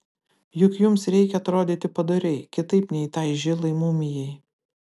juk jums reikia atrodyti padoriai kitaip nei tai žilai mumijai